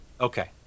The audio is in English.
Okay